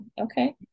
Okay